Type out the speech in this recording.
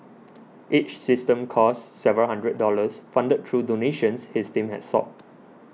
each system costs several hundred dollars funded through donations his team has sought